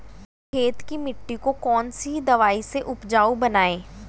खेत की मिटी को कौन सी दवाई से उपजाऊ बनायें?